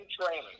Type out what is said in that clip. training